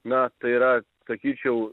na tai yra sakyčiau